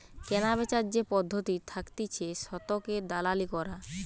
কেনাবেচার যে পদ্ধতি থাকতিছে শতকের দালালি করা